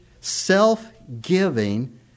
self-giving